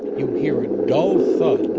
you hear a dull thud